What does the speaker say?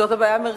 זאת הבעיה,